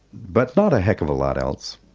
but not a heck of a lot else.